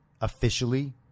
officially